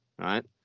Right